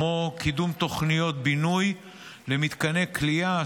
כמו קידום תוכניות בינוי למתקני כליאה,